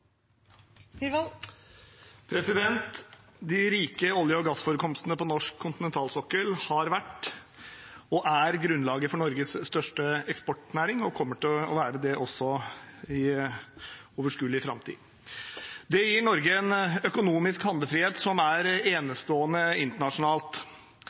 høve. De rike olje- og gassforekomstene på norsk kontinentalsokkel har vært og er grunnlaget for Norges største eksportnæring og kommer til å være det også i overskuelig framtid. Det gir Norge en økonomisk handlefrihet som er